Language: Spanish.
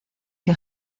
que